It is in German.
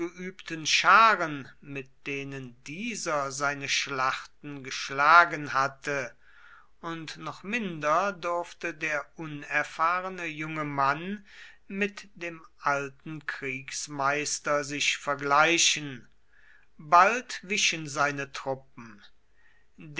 wohlgeübten scharen mit denen dieser seine schlachten geschlagen hatte und noch minder durfte der unerfahrene junge mann mit dem alten kriegsmeister sich vergleichen bald wichen seine truppen